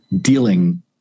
dealing